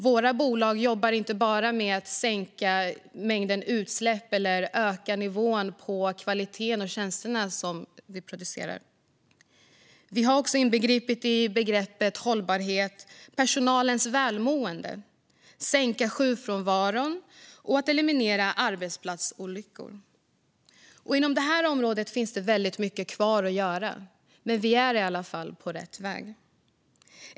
Våra bolag jobbar inte bara med att sänka mängden utsläpp och höja kvaliteten hos de tjänster som produceras. Vi har i begreppet hållbarhet också inbegripit personalens välmående, att sänka sjukfrånvaron och att eliminera arbetsplatsolyckor. Inom det här området finns det väldigt mycket kvar att göra, men vi är i alla fall på rätt väg.